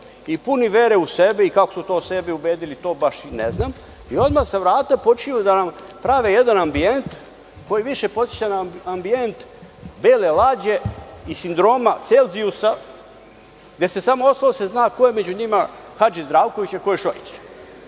i puni vere u sebe i kako su to sebe ubedili to baš i ne znam, i odmah sa vrata počinju da nam prave jedan ambijent koji više podseća na ambijent „Bele lađe“ i sindroma „celzijusa“, gde se samo ostalo da se zna ko je među njima Hadži Zdravković, a ko je Šojić. To